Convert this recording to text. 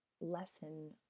lesson